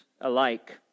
alike